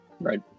Right